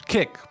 Kick